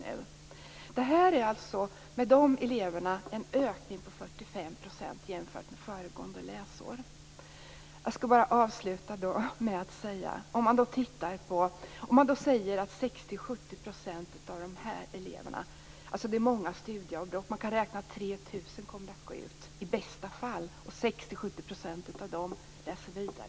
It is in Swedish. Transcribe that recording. Med de eleverna är det en ökning på 45 % Jag skall bara avsluta med att säga att det är många studieavbrott. Man kan i bästa fall räkna med att 3 000 elever kommer att gå ut och att 60-70 % av dem läser vidare.